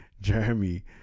Jeremy